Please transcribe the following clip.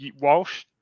Walsh